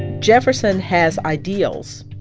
jefferson has ideals.